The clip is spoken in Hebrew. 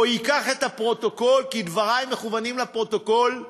או ייקח את הפרוטוקול, כי דברי מכוונים לפרוטוקול: